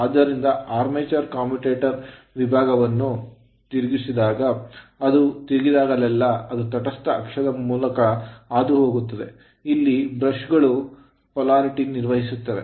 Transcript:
ಆದ್ದರಿಂದ armature armature commutator commutator ವಿಭಾಗವನ್ನು ತಿರುಗಿಸಿದಾಗ ಅದು ತಿರುಗಿದಾಗಲೆಲ್ಲಾ ಅದು ತಟಸ್ಥ ಅಕ್ಷದ ಮೂಲಕ ಹಾದುಹೋಗುತ್ತದೆ ಅಲ್ಲಿ ಬ್ರಷ್ ಗಳು polarity ಧ್ರುವೀಯತೆಯನ್ನು ನಿರ್ವಹಿಸುತ್ತವೆ